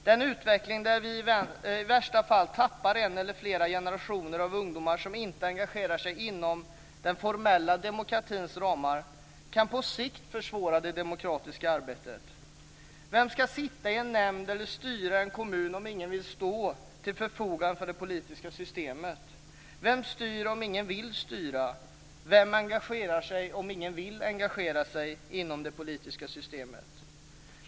Den utveckling som i värsta fall innebär att vi tappar en eller flera generationer av ungdomar, dvs. de som inte engagerar sig inom den formella demokratins ramar, kan på sikt försvåra det demokratiska arbetet. Vem ska sitta i en nämnd eller styra en kommun om ingen vill stå till förfogande för det politiska systemet? Vem styr om ingen vill styra? Vem engagerar sig om ingen vill engagera sig inom det politiska systemet?